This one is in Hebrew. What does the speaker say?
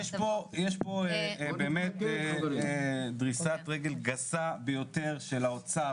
יש פה באמת דריסת רגל גסה ביותר של האוצר